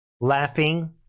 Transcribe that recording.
laughing